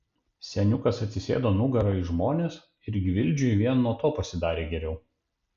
seniukas atsisėdo nugara į žmones ir gvildžiui vien nuo to pasidarė geriau